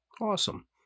Awesome